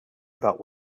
about